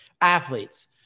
Athletes